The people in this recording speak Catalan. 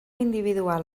individual